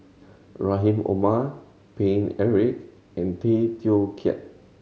Rahim Omar Paine Eric and Tay Teow Kiat